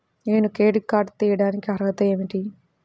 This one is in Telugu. నేను క్రెడిట్ కార్డు తీయడానికి అర్హత ఏమిటి?